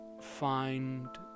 find